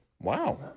wow